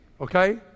Okay